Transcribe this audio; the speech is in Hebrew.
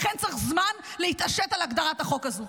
לכן צריך זמן להתעשת על הגדרת החוק הזו.